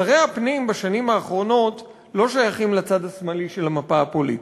שרי הפנים בשנים האחרונות לא שייכים לצד השמאלי של המפה הפוליטית.